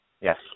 Yes